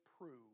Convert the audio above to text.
prove